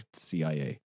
CIA